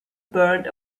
burned